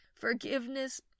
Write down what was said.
forgiveness